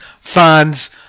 fans